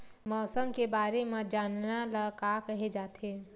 मौसम के बारे म जानना ल का कहे जाथे?